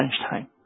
lunchtime